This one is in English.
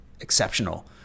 exceptional